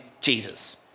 Jesus